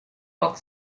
rock